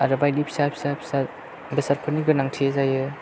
आरो बायदि फिसा फिसा बेसादफोरनि गोनांथि जायो